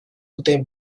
duten